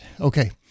Okay